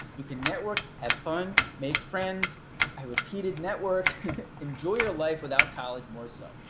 you can network, have fun, make friends i repeated network enjoy your life without college more so.